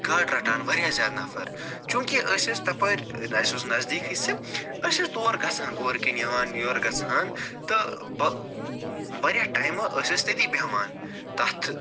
گاڈٕ رَٹان واریاہ زیادٕ نفر چونکہ أسۍ ٲسۍ تَپٲرۍ اسہِ اوس نزدیٖکٕے سُہ أسۍ ٲسۍ تور گژھان اورٕ کِنۍ یِوان یورٕ گژھان تہٕ بہٕ واریاہ ٹایِمہٕ أسۍ ٲسۍ تٔتی بیٚہوان تَتیٚتھ